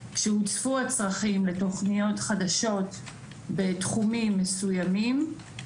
כשהוצפו הצרכים לתוכניות חדשות בתחומים מסוימים,